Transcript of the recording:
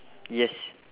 yes